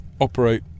operate